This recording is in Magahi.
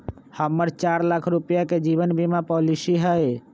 हम्मर चार लाख रुपीया के जीवन बीमा पॉलिसी हई